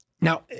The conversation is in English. Now